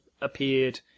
appeared